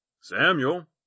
Samuel